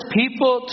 people